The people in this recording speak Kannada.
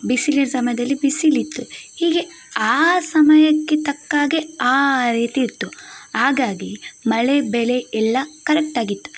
ಬಿಸಿಲಿನ ಸಮಯದಲ್ಲಿ ಬಿಸಿಲಿತ್ತು ಹೀಗೆ ಆ ಸಮಯಕ್ಕೆ ತಕ್ಕ ಹಾಗೆ ಆ ರೀತಿ ಇತ್ತು ಹಾಗಾಗಿ ಮಳೆ ಬೆಳೆ ಎಲ್ಲ ಕರೆಕ್ಟಾಗಿತ್ತು